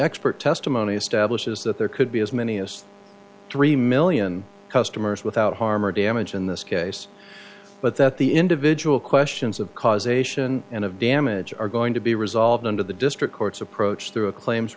expert testimony establishes that there could be as many as three million customers without harm or damage in this case but that the individual questions of causation and of damage are going to be resolved under the district courts approach through a claims